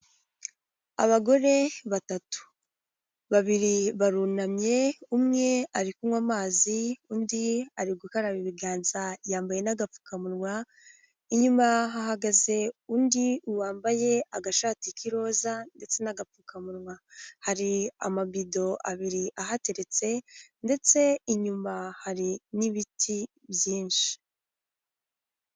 Abagore batatu babiri barunamye umwe ari kunywa amazi undi ari gukaraba ibiganza yambaye n'agapfukamunwa, inyuma hahagaze undi wambaye agashati k'iroza ndetse n'agapfukamunwa, hari amabido abiri ahateretse ndetse inyuma hari n'ibiti byinshi.